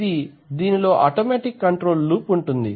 ఇది దీనిలో automatic control loop ఉంటుంది